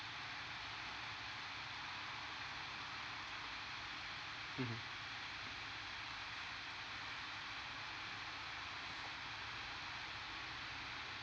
mmhmm